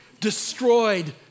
destroyed